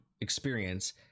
experience